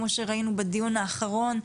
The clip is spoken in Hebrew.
כמו שראינו בדיון האחרון,